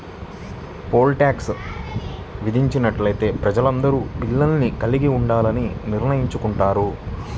pole tax విధించినట్లయితే ప్రజలందరూ పిల్లల్ని కలిగి ఉండాలని నిర్ణయించుకుంటారు